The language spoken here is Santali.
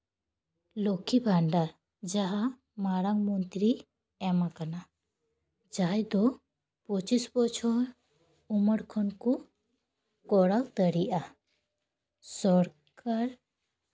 ᱞᱚᱠᱠᱷᱤ ᱵᱷᱟᱱᱰᱟᱨ ᱡᱟᱦᱟᱸ ᱢᱟᱨᱟᱝ ᱢᱚᱱᱛᱤᱨᱤ ᱮᱢ ᱠᱟᱱᱟ ᱡᱟᱦᱟᱸᱭ ᱫᱚ ᱯᱚᱸᱪᱤᱥ ᱵᱚᱪᱷᱚᱨ ᱩᱢᱮᱨ ᱠᱷᱚᱱ ᱠᱚ ᱠᱚᱨᱟᱣ ᱫᱟᱲᱮᱭᱟᱜᱼᱟ ᱥᱚᱨᱠᱟᱨ